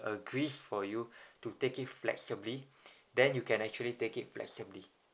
agrees for you to take it flexibly then you can actually take it flexibly